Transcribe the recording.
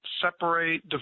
separate